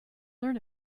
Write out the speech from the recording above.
learn